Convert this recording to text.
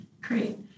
Great